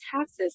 taxes